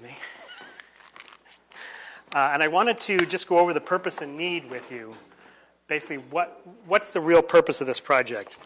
me and i wanted to just go over the purpose and need with you basically what what's the real purpose of this project